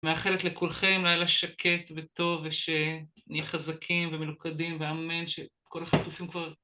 מאחלת לכולכם לילה שקט וטוב ושנהיה חזקים ומלוכדים ואמן שכל החטופים כבר...